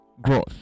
growth